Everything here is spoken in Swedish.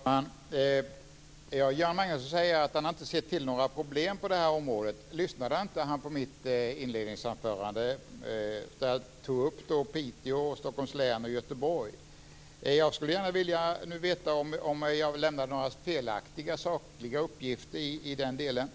Fru talman! Göran Magnusson säger att han inte har sett till några problem på området. Lyssnade han inte på mitt inledningsanförande? Jag tog då upp Piteå, Stockholms län och Göteborg. Jag skulle vilja veta om jag lämnade några felaktiga sakuppgifter i den delen.